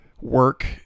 work